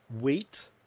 wheat